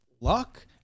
luck